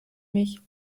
mich